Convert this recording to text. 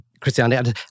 Christianity